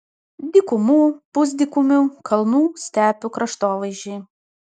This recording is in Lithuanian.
dykumų pusdykumių kalnų stepių kraštovaizdžiai